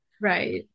right